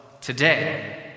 today